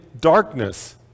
darkness